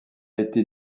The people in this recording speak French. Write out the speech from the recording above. été